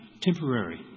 temporary